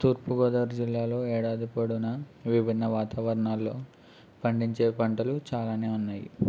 తూర్పుగోదావరి జిల్లాలో ఏడాది పొడువున విభిన్న వాతావరణాలలో పండించే పంటలు చాలా ఉన్నాయి